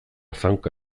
zaunka